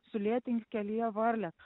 sulėtink kelyje varlės